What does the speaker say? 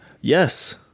Yes